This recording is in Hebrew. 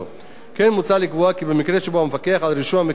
כן מוצע לקבוע כי במקרה שבו המפקח על רישום מקרקעין סבור כי